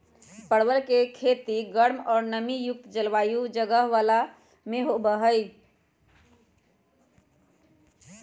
परवल के खेती गर्म और नमी युक्त जलवायु वाला जगह में होबा हई